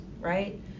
right